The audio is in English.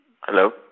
Hello